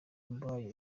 mubayo